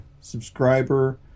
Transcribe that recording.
subscriber